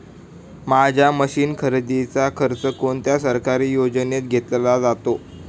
माझ्या मशीन खरेदीचा खर्च कोणत्या सरकारी योजनेत घेतला जातो?